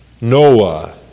Noah